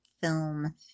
film